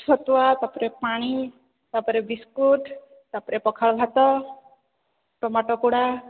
ଛତୁଆ ତାପରେ ପାଣି ତାପରେ ବିସ୍କୁଟ ତାପରେ ପଖାଳ ଭାତ ଟମାଟୋ ପୋଡ଼ା